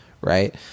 right